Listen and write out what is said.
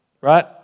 right